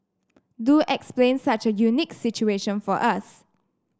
do explain such a unique situation for us